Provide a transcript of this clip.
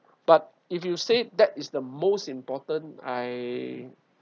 but if you say that is the most important I